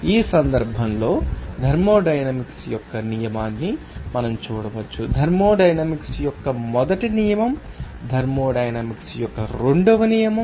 ఈ సందర్భంలో థర్మోడైనమిక్స్ యొక్క నియమాన్ని మనం చూడవచ్చు థర్మోడైనమిక్స్ యొక్క మొదటి నియమం థర్మోడైనమిక్స్ యొక్క రెండవ నియమం